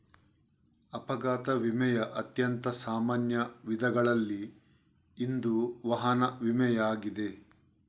ಅಪಘಾತ ವಿಮೆಯ ಅತ್ಯಂತ ಸಾಮಾನ್ಯ ವಿಧಗಳಲ್ಲಿ ಇಂದು ವಾಹನ ವಿಮೆಯಾಗಿದೆ